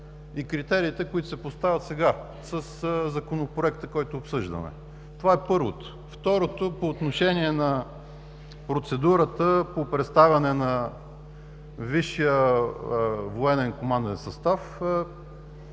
и критериите, които се поставят сега със Законопроекта, който обсъждаме. Това първото. Второ, по отношение на процедурата по представяне на Висшия военен команден състав,